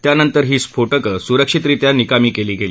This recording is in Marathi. त्यानंतर ही स्फोटकं सुरक्षीतरित्या निकामी कल्ली ग्ली